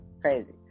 crazy